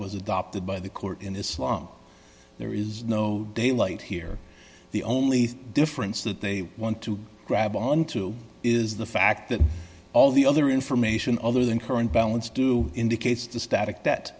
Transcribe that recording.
was adopted by the court in this long there is no daylight here the only difference that they want to grab onto is the fact that all the other information other than current balance do indicates to static that